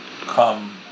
come